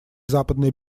западный